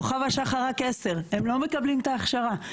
כוכב השחר רק 10, הם לא מקבלים את ההכשרה.